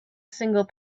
single